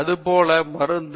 அதே போல மருந்து